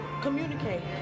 communicate